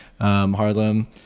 Harlem